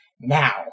now